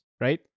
right